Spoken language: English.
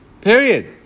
period